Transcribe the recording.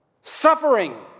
suffering